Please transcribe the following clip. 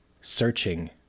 Searching